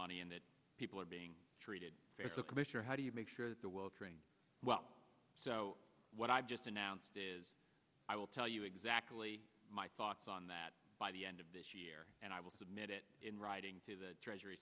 money and that people are being treated the commissioner how do you make sure that the well trained well so what i've just announced is i will tell you exactly my thoughts on that by the end of this year and i will submit it in writing to the treasury